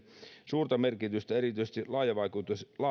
suurta merkitystä erityisesti laajavaikutteisissa